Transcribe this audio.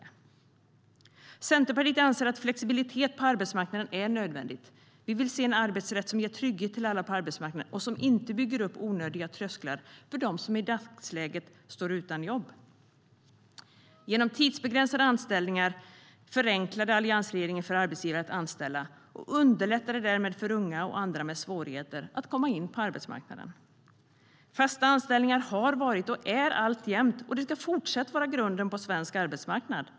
Genom tidsbegränsade anställningar förenklade alliansregeringen för arbetsgivare att anställa och underlättade därmed för unga och andra med svårigheter att komma in på arbetsmarknaden. Fasta anställningar har varit, är alltjämt och ska fortsätta att vara grunden på svensk arbetsmarknad.